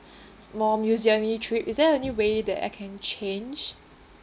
more museum-y trip is there any way that I can change